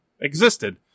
existed